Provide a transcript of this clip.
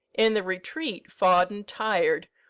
in the retreat, fawdon, tired,